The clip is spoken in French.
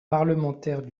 parlementaires